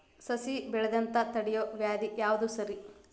ಸಸಿ ಬೆಳೆಯದಂತ ತಡಿಯೋ ವ್ಯಾಧಿ ಯಾವುದು ರಿ?